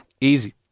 Easy